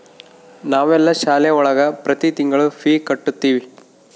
ನಾವೆಲ್ಲ ಶಾಲೆ ಒಳಗ ಪ್ರತಿ ತಿಂಗಳು ಫೀ ಕಟ್ಟುತಿವಿ